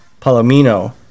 Palomino